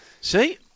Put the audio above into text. See